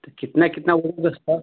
तो कितना कितना होगा सब